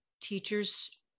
teachers